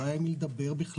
לא היה עם מי לדבר בכלל,